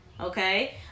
okay